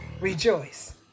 Rejoice